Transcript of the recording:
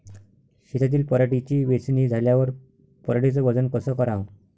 शेतातील पराटीची वेचनी झाल्यावर पराटीचं वजन कस कराव?